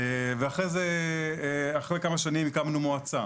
אחרי כמה שנים הקמנו מועצה.